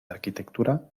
arquitectura